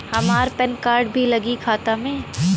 हमार PAN card भी लगी खाता में?